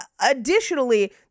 Additionally